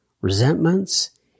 resentments